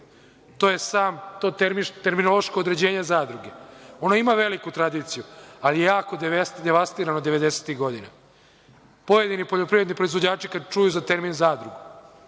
to je terminološko određenje zadruge. Ona ima veliku tradiciju, ali je jako devastirana od devedesetih godina. Pojedini poljoprivredni proizvođači kada čuju za termin zadruga,